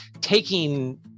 taking